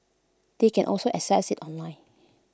they can also access IT online